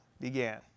began